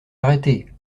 arrêté